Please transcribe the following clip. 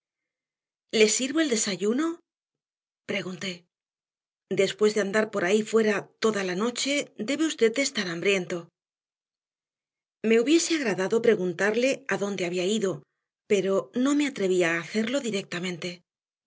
le sirvo el desayuno pregunté después de andar por ahí fuera toda la noche debe usted de estar hambriento me hubiese agradado preguntarle adónde había ido pero no me atrevía a hacerlo directamente